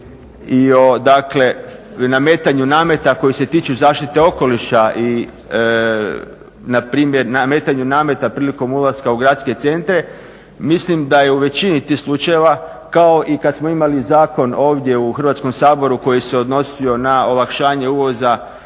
nametanju nameta koji se tiču zaštite okoliša i npr. nametanju nameta prilikom ulaska u gradske centre mislim da je u većini tih slučajeva kao i kad smo imali zakon ovdje u Hrvatskom saboru koji se odnosio na olakšanje obaveza